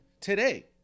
today